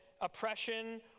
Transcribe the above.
oppression